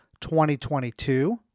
2022